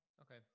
Okay